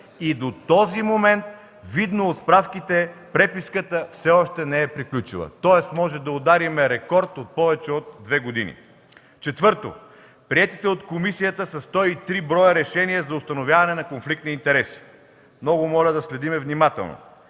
и до този момент, видно от справките, преписката все още не е приключена. Тоест, можем да ударим рекорд от повече от две години. 4. Приети от комисията са 103 броя решения за установяване на конфликт на интереси. Много моля да следим внимателно: